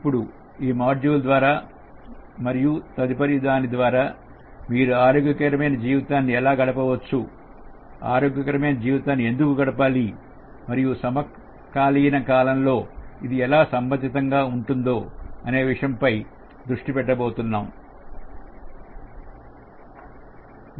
ఇప్పుడు ఈ మాడ్యూల్ద్వారా మరియు తదుపరి దానిద్వారా మీరు ఆరోగ్యకరమైన జీవితాన్ని ఎలా గడపవచ్చు చు ఆరోగ్యకరమైన జీవితాన్ని ఎందుకు గడపాలి మరియు సమకాలీన కాలంలో ఇది ఎలా సంబంధిత గా ఉంటుందో అనే విషయంపై దృష్టి పెట్టబోతున్నారు